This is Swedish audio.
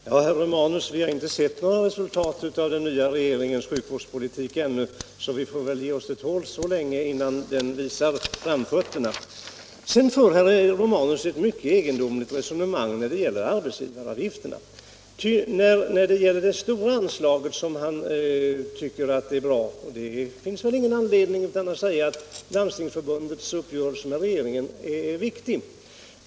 Herr talman! Vi har inte sett några resultat ännu, herr Romanus, av den nya regeringens sjukvårdspolitik. Vi får väl ge oss till tåls tills vi kan se om regeringen visar framfötterna på detta område. Herr Romanus för vidare ett mycket egendomligt resonemang när det gäller arbetsgivaravgifterna. Det stora anslaget tycker han tydligen är bra, och det finns väl heller ingen anledning att säga annat än att landstingens uppgörelse med regeringen är riktig.